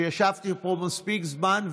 ישבתי פה מספיק זמן,